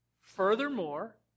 Furthermore